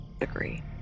agree